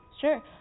Sure